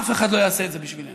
אף אחד לא יעשה את זה בשבילנו.